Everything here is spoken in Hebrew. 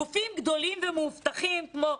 גופים גדולים ומאובטחים, כמו,